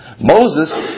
Moses